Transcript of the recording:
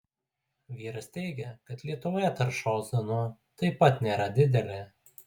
vyras teigia kad lietuvoje tarša ozonu taip pat nėra didelė